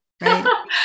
Right